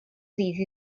ddydd